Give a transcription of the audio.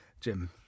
Jim